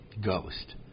Ghost